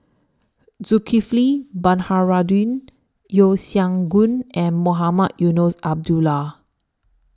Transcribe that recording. Zulkifli Baharudin Yeo Siak Goon and Mohamed Eunos Abdullah